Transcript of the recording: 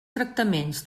tractaments